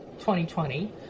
2020